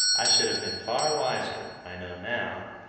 i should have been far wiser, i know now,